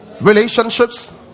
Relationships